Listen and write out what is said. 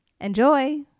Enjoy